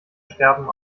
sterben